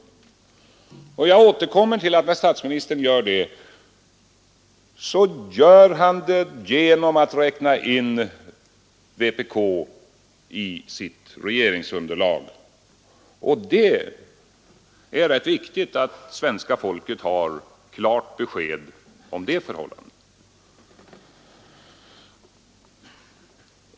Jag återkommer till att statsministern, när han gör det, räknar in vpk i sitt regeringsunderlag — och det är rätt viktigt att svenska folket har klart besked om det förhållandet.